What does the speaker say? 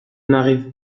n’arrive